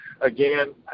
again